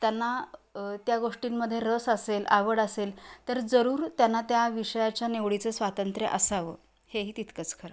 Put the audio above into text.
त्यांना त्या गोष्टींमध्ये रस असेल आवड असेल तर जरूर त्यांना त्या विषयाच्या निवडीचं स्वातंत्र्य असावं हेही तितकंच खरं